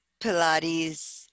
Pilates